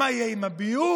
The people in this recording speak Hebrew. מה יהיה עם הביוב,